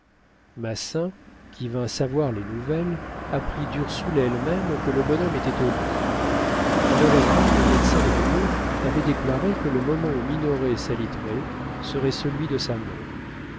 massin qui vint savoir les nouvelles apprit d'ursule elle-même que le bonhomme était au lit malheureusement le médecin de nemours avait déclaré que le moment où minoret s'aliterait serait celui de sa mort